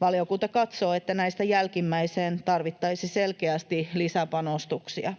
Valiokunta katsoo, että näistä jälkimmäiseen tarvittaisiin selkeästi lisäpanostuksia.